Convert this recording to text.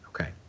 okay